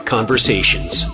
Conversations